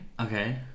Okay